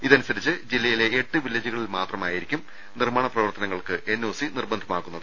ഇതനുസരിച്ച് ജില്ലയിലെ എട്ട് വില്ലേജുകളിൽ മാത്രമായി രിക്കും നിർമ്മാണപ്രവർത്തനങ്ങൾക്ക് എൻ ഒ സി നിർബന്ധമാക്കുന്നത്